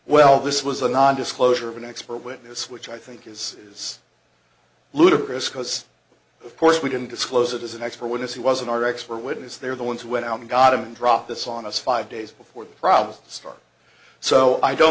well this was a non disclosure of an expert witness which i think is is ludicrous cause of course we didn't disclose it as an expert witness who was in our expert witness they're the ones who went out and got to drop this on us five days before the problems started so i don't